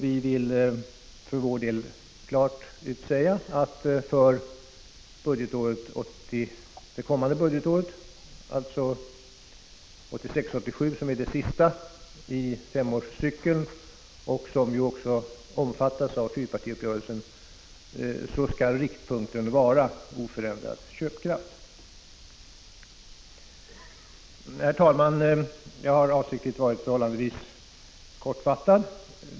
Vi vill för vår del klart utsäga att riktpunkten för det kommande budgetåret, 1986/87, som är det sista i femårscykeln och som omfattas av fyrpartiuppgörelsen, skall vara oförändrad köpkraft. Herr talman! Jag har avsiktligt varit förhållandevis kortfattad.